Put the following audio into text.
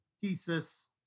Thesis